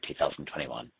2021